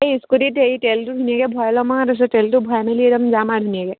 এই স্কুটিত হেৰি তেলটো ধুনীয়াকে ভৰাই লম আৰু তাৰ পিছত তেলটো ভৰাই মেলি যাম আৰু ধুনীয়াকে